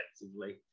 effectively